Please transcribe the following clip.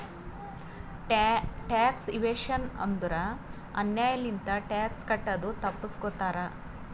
tax evasion ಅಂದುರ್ ಅನ್ಯಾಯ್ ಲಿಂತ ಟ್ಯಾಕ್ಸ್ ಕಟ್ಟದು ತಪ್ಪಸ್ಗೋತಾರ್